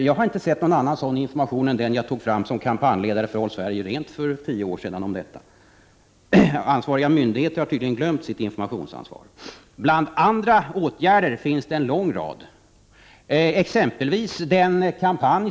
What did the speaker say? Jag har inte sett någon annan information om detta än den som jag tog fram som kampanjledare för Håll Sverige rent för tio år sedan. Ansvariga myndigheter har tydligen glömt sitt informationsansvar. Det finns en lång rad åtgärder att vidta.